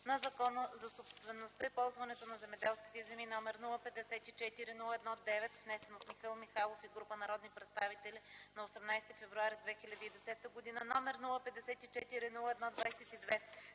на Закона за собствеността и ползуването на земеделските земи, № 054-01-9, внесен от Михаил Михайлов и група народни представители на 18.02.2010 г., № 054-01-22